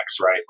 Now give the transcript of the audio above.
right